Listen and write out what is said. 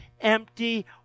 empty